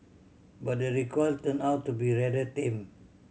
but the recoil turned out to be rather tame